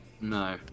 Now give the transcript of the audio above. No